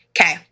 Okay